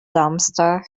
dumpster